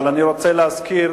ואני רוצה להזכיר